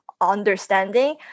understanding